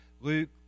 Luke